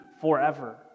forever